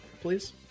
Please